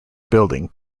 building